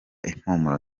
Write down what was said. impumuro